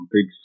Big